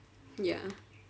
ya